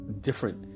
different